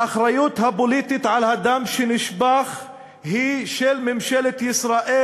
האחריות הפוליטית על הדם שנשפך היא של ממשלת ישראל,